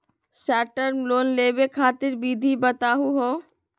Short term loan लेवे खातीर विधि बताहु हो?